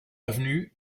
avenue